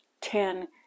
ten